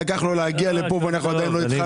פה, ואנחנו גם יודעים את זה גם קודם.